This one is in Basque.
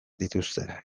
dituzte